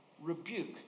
Rebuke